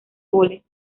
goles